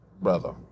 brother